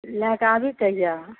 लए कऽ आबी कहिया